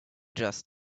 just